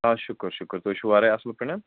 آ شُکُر شُکُر تُہۍ چھِو وارٕے اَصٕل پٲٹھۍ